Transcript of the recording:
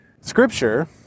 Scripture